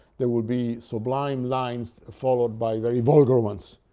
there will be sublime lines followed by very vulgar ones.